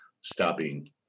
stopping